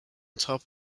top